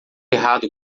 errado